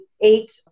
eight